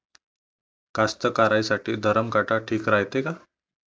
कास्तकाराइसाठी धरम काटा ठीक रायते का?